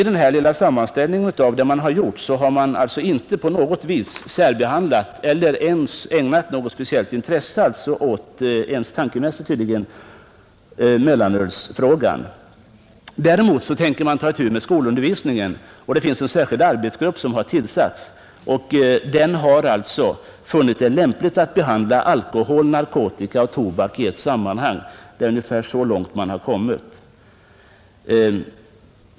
Denna lilla sammanställning över vad man gjort visar alltså att man inte ägnat något särskilt intresse åt mellanölsfrågan — inte ens tankemässigt, tydligen. Däremot avser man att ta itu med skolundervisningen. En särskild arbetsgrupp har tillsatts i detta syfte. Denna arbetsgrupp har funnit det lämpligt att behandla alkohol, narkotika och tobak i ett sammanhang. Det är ungefär så långt man har kommit.